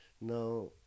now